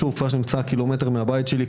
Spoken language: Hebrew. שוב, כפר שנמצא קילומטר מהבית שלי.